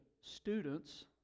students